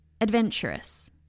adventurous